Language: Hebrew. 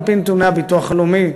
על-פי נתוני הביטוח הלאומי,